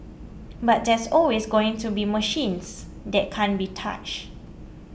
but there's always going to be machines that can't be touched